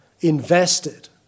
invested